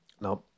Now